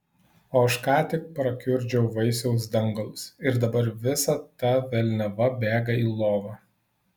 o aš ką tik prakiurdžiau vaisiaus dangalus ir dabar visa ta velniava bėga į lovą